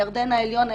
הירדן העליון,